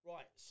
Right